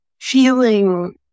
feeling